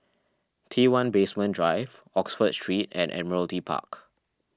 T one Basement Drive Oxford Street and Admiralty Park